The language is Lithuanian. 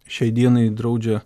šiai dienai draudžia